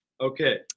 Okay